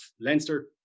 Leinster